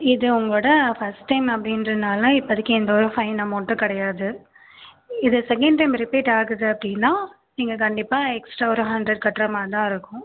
இது உங்களோட first time அப்படின்றதுனால இப்பதிக்கு எந்த ஒரு ஃபைன் அமௌன்ட்டும் கிடையாது இதே செகண்ட் டைம் ரிப்பீட் ஆகுது அப்படின்னா நீங்கள் கண்டிப்பாக எக்ஸ்ட்ரா ஒரு ஹண்ட்ரெட் கட்டுற மாதிரி தான் இருக்கும்